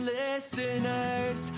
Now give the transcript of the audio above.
listeners